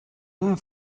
der